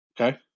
Okay